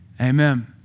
Amen